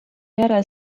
järel